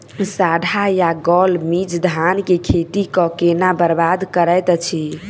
साढ़ा या गौल मीज धान केँ खेती कऽ केना बरबाद करैत अछि?